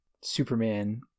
Superman